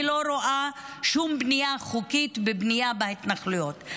אני לא רואה שום בנייה חוקית בבנייה בהתנחלויות,